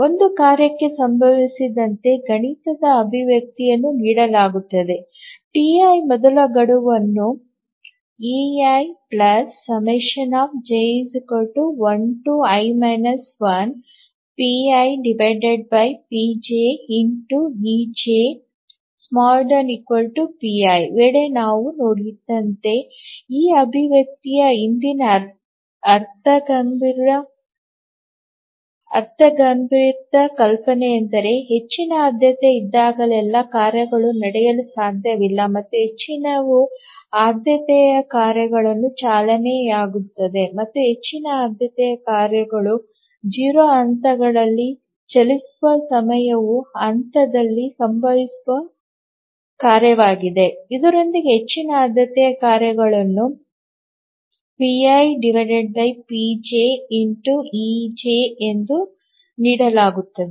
ಒಂದು ಕಾರ್ಯಕ್ಕೆ ಸಂಬಂಧಿಸಿದಂತೆ ಗಣಿತದ ಅಭಿವ್ಯಕ್ತಿಯನ್ನು ನೀಡಲಾಗುತ್ತದೆ Ti ಮೊದಲ ಗಡುವನ್ನು eij1i 1pipjejpi ವೇಳೆ ನಾವು ನೋಡಿದಂತೆ ಈ ಅಭಿವ್ಯಕ್ತಿಯ ಹಿಂದಿನ ಅರ್ಥಗರ್ಭಿತ ಕಲ್ಪನೆಯೆಂದರೆ ಹೆಚ್ಚಿನ ಆದ್ಯತೆ ಇದ್ದಾಗಲೆಲ್ಲಾ ಕಾರ್ಯಗಳು ನಡೆಯಲು ಸಾಧ್ಯವಿಲ್ಲ ಮತ್ತು ಹೆಚ್ಚಿನವು ಆದ್ಯತೆಯ ಕಾರ್ಯಗಳು ಚಾಲನೆಯಾಗುತ್ತವೆ ಮತ್ತು ಹೆಚ್ಚಿನ ಆದ್ಯತೆಯ ಕಾರ್ಯಗಳು 0 ಹಂತಗಳಲ್ಲಿ ಚಲಿಸುವ ಸಮಯವು ಹಂತದಲ್ಲಿ ಉದ್ಭವಿಸುವ ಕಾರ್ಯವಾಗಿದೆ ಇದರೊಂದಿಗೆ ಹೆಚ್ಚಿನ ಆದ್ಯತೆಯ ಕಾರ್ಯಗಳನ್ನು ⌈pipj⌉∗e j ಎಂದು ನೀಡಲಾಗುತ್ತದೆ